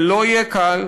זה לא יהיה קל,